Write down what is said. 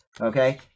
okay